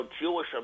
Jewish